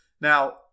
Now